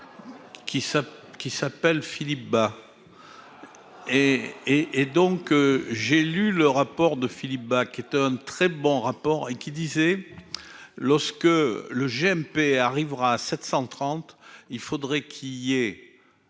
qui s'appelle Philippe Bas et et et donc j'ai lu le rapport de Philippe Bas, qui est un très bon rapport et qui disait lorsque le GMP arrivera à 730 il faudrait qu'il y ait